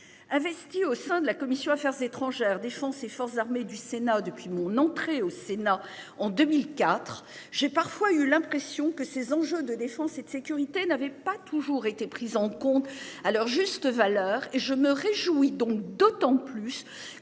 investit au sein de la commission Affaires étrangères défend ses forces armées du Sénat depuis mon entrée au Sénat en 2004, j'ai parfois eu l'impression que ces enjeux de défense et de sécurité n'avait pas toujours été prise en compte à leur juste valeur et je me réjouis donc d'autant plus